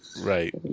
Right